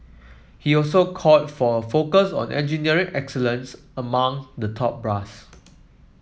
he also called for a focus on engineering excellence among the top brass